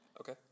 Okay